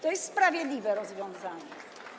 To jest sprawiedliwe rozwiązaniem.